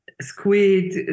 squid